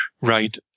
Right